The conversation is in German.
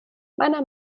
meiner